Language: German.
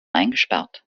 eingesperrt